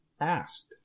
asked